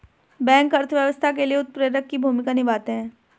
bank अर्थव्यवस्था के लिए उत्प्रेरक की भूमिका निभाते है